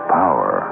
power